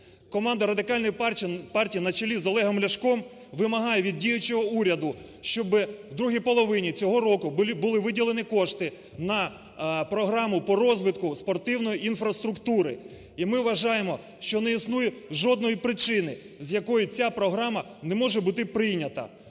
Команда Радикальної партії на чолі з Олегом Ляшком вимагає від діючого уряду, щоб в другій половині цього року були виділені кошти на програму по розвитку спортивної інфраструктури. І ми вважаємо, що не існує жодної причини, з якої ця програма не може бути прийнята,